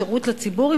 שירות לציבור,